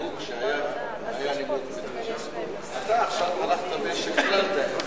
הנימוק שהיה, אתה עכשיו הלכת ושכללת את זה,